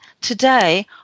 today